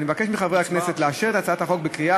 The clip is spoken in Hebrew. אני מבקש מחברי הכנסת לאשר את הצעת החוק בקריאה